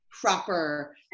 proper